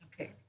Okay